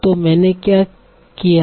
तो मैंने क्या किया है